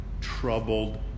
troubled